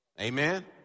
Amen